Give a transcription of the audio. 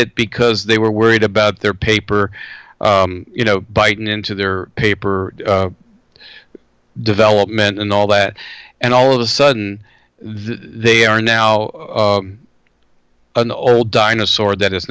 it because they were worried about their paper you know biting into their paper development and all that and all of a sudden they are now an old dinosaur that i